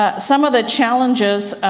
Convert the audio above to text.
ah some of the challenges,